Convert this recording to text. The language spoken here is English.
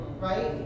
Right